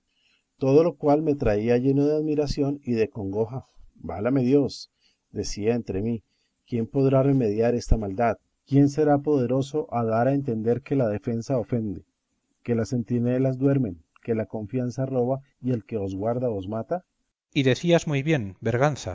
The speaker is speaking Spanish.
todo lo cual me traía lleno de admiración y de congoja válame dios decía entre mí quién podrá remediar esta maldad quién será poderoso a dar a entender que la defensa ofende que las centinelas duermen que la confianza roba y el que os guarda os mata cipión y decías muy bien